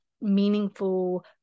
meaningful